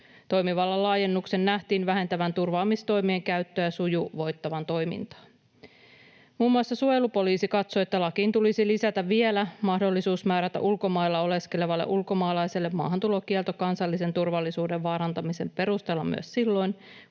Toimivallan laajennuksen nähtiin vähentävän turvaamistoimien käyttöä ja sujuvoittavan toimintaa. Muun muassa suojelupoliisi katsoi, että lakiin tulisi lisätä vielä mahdollisuus määrätä ulkomailla oleskelevalle ulkomaalaiselle maahantulokielto kansallisen turvallisuuden vaarantamisen perusteella myös silloin,